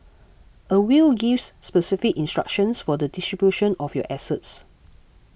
a will gives specific instructions for the distribution of your assets